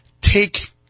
take